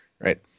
Right